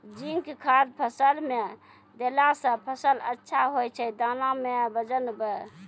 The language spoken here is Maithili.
जिंक खाद फ़सल मे देला से फ़सल अच्छा होय छै दाना मे वजन ब